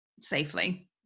safely